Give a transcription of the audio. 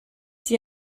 die